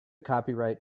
copyright